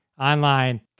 online